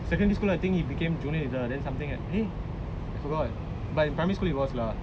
secondary school I think he became junior editor then something eh I forgot but in primary school he was lah